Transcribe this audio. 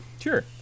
Sure